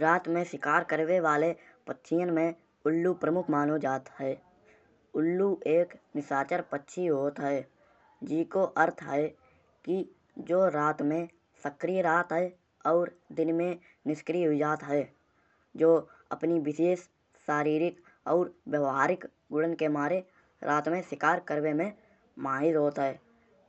रात में शिकार करबे वाले पक्षियन में उल्लू प्रमुख मानो जात है। उल्लू एक निशाचर पक्षी होत है। जीको अर्थ है कि जो रात में सक्रिय रहत है और दिन में निष्क्रिय हुई जात है। जो अपनी विशेष शारीरिक और व्यवहारिक गुणन के मारे रात में शिकार करबे में माहिर होत है।